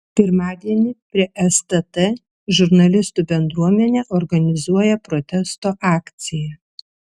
pirmadienį prie stt žurnalistų bendruomenė organizuoja protesto akciją